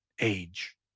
age